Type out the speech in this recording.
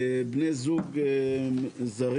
בני זוג זרים,